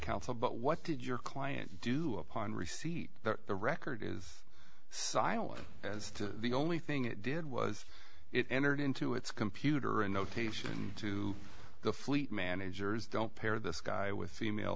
council but what did your client do upon receipt that the record is silent as to the only thing it did was it entered into its computer a notation to the fleet managers don't pair this guy with female